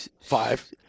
five